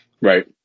Right